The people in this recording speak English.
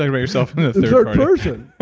like about yourself in the third person,